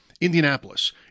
Indianapolis